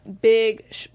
big